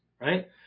Right